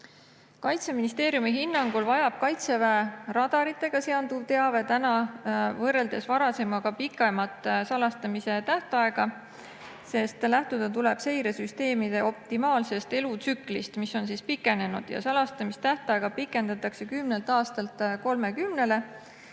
Kaitseministeeriumi hinnangul vajab Kaitseväe radaritega seonduv teave senisest pikemat salastamise tähtaega, sest lähtuda tuleb seiresüsteemide optimaalsest elutsüklist, mis on pikenenud. Salastamistähtaega pikendatakse 10 aastalt 30-le.